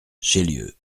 chélieu